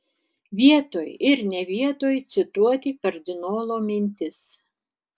vietoj ir ne vietoj cituoti kardinolo mintis